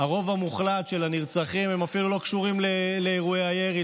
הרוב המוחלט של הנרצחים הם אפילו לא קשורים לאירוע הירי,